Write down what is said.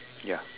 ya